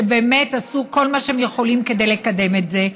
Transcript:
שבאמת עשו כל מה שהם יכולים כדי לקדם את זה.